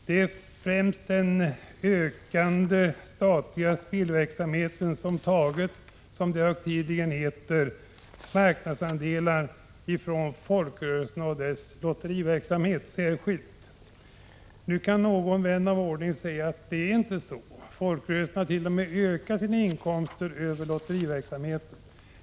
Det är främst den ökande statliga spelverksamheten som har tagit, som det högtidligen heter, marknadsandelar från folkrörelserna och särskilt deras lotteriverksamhet. Någon vän av ordning kan säga att det inte är så, att folkrörelserna t.o.m. har ökat sina inkomster från lotteriverksamhet.